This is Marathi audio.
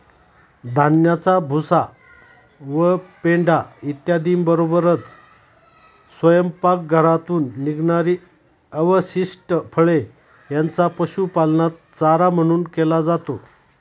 धान्याचा भुसा व पेंढा इत्यादींबरोबरच स्वयंपाकघरातून निघणारी अवशिष्ट फळे यांचा पशुपालनात चारा म्हणून केला जातो